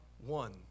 one